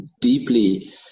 deeply